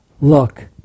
look